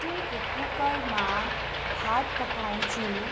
स्टिलको कुकरमा भात पकाउँछु